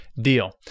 deal